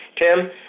Tim